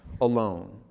alone